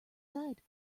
said